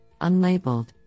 unlabeled